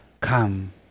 come